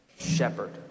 shepherd